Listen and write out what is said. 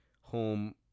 home